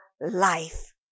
life